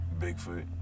Bigfoot